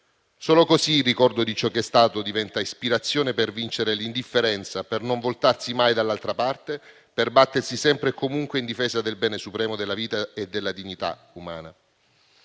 Solo così il ricordo di ciò che è stato diventa ispirazione per vincere l'indifferenza, per non voltarsi mai dall'altra parte, per battersi sempre e comunque in difesa del bene supremo della vita e della dignità umana.